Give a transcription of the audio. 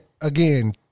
again